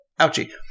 Ouchie